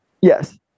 yes